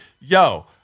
yo